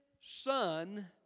son